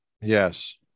Yes